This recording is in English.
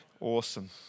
Awesome